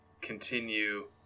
continue